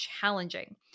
challenging